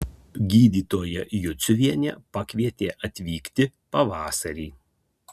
gydytoja juciuvienė pakvietė atvykti pavasarį